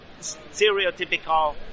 stereotypical